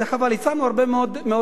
הצענו הרבה מאוד דברים.